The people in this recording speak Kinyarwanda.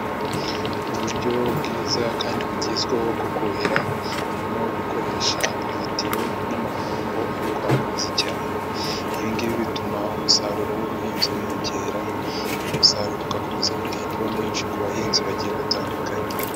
Uburyo bwiza kandi bugezweho bwo kuhira, harimo gukoresha amatiyo n'amapombo arekura amazi cyane, ibi ngibi bituma umusaruro w'ubuhinzi wiyongera, umusaruro ugakomeza kugenda uba mwinshi ku bahinzi bagiye batandukanye.